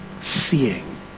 seeing